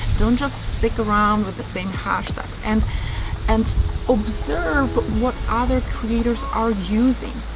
don't just stick around with the same hashtags. and and observe what other creators are using.